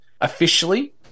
Officially